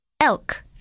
Elk